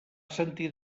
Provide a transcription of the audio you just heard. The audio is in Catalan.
sentir